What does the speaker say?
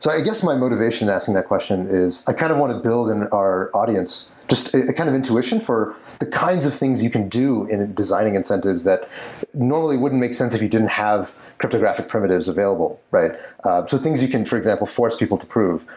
so i guess my motivation asking that question is i kind of want to build in our audience. just a kind of intuition for the kinds of things you can do in designing incentives that normally wouldn't' make sense if you didn't have cryptographic primitives available. ah so things you can for example force people to prove,